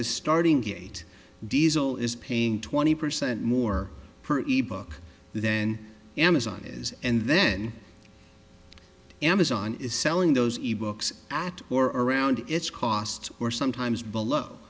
the starting gate diesel is paying twenty percent more per e book then amazon is and then amazon is selling those ebooks at or around its cost or sometimes below